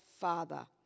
father